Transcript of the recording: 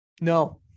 No